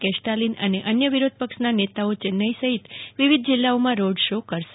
કેસ્ટાલિન અને અન્ય વિરોધ પક્ષના નેતાઓ ચેન્નાઇ સહિત વિવિધ જિલ્લાઓમાં રોડ શો કરશે